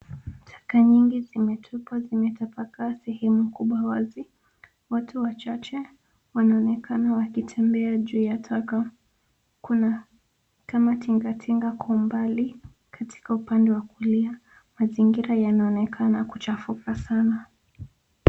Taka nyingi zimetupwa zimetapakaa sehemu kubwa wazi. Watu wachache wanaonekana wakitembea juu ya taka. Kuna kama tingatinga kwa umbali, katika upande wa kulia. Mazingira yanaonekana kuchafuka sana.